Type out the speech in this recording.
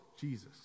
Jesus